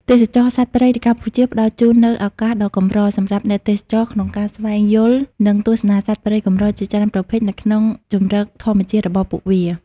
ទេសចរណ៍សត្វព្រៃនៅកម្ពុជាផ្តល់ជូននូវឱកាសដ៏កម្រសម្រាប់អ្នកទេសចរក្នុងការស្វែងយល់ និងទស្សនាសត្វព្រៃកម្រជាច្រើនប្រភេទនៅក្នុងជម្រកធម្មជាតិរបស់ពួកវា។